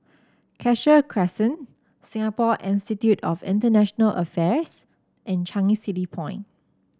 Cassia Crescent Singapore Institute of International Affairs and Changi City Point